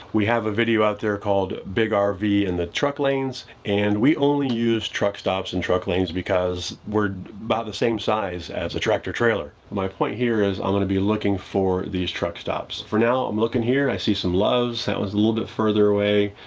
we have a video out there called big ah rv in and the truck lanes, and we only use truck stops and truck lanes because we're about the same size as a tractor trailer. my point here is i'm gonna be looking for these truck stops. for now, i'm looking here, i see some loves. that was a little bit further away.